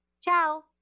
Ciao